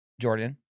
Jordan